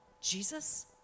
Jesus